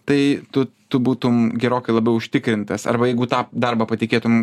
tai tu tu būtum gerokai labiau užtikrintas arba jeigu tą darbą patikėtum